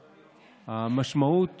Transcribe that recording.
על המשמעות